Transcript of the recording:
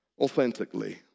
authentically